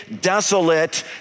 desolate